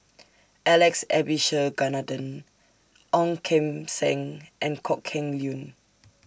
Alex Abisheganaden Ong Kim Seng and Kok Heng Leun